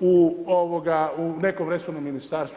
u nekom resornom ministarstvu.